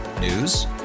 News